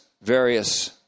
various